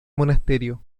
monasterio